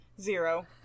zero